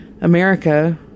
America